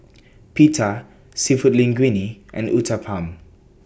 Pita Seafood Linguine and Uthapam